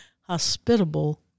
hospitable